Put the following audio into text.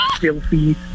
filthy